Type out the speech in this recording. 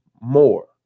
more